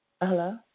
Hello